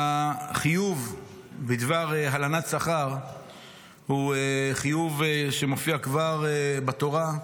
החיוב בדבר הלנת שכר הוא חיוב שמופיע כבר בתורה.